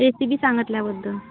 recipe सांगितल्याबद्दल